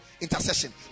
intercession